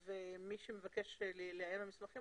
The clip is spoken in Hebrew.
מי שמבקש לעיין במסמכים,